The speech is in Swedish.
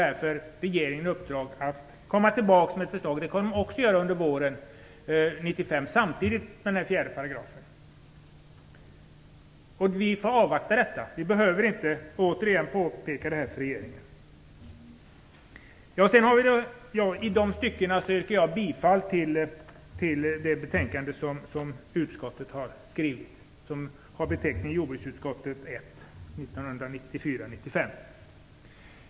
Därför gavs regeringen i uppdrag att komma tillbaka med ett förslag. Det kommer regeringen att göra under våren 1995 samtidigt som 4 § ses över. Vi får avvakta dessa förslag. Vi behöver inte återigen påpeka dessa saker för regeringen. I dessa stycken yrkar jag bifall till utskottets hemställan i betänkande 1994/95:JoU1.